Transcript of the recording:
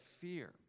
fear